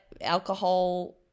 alcohol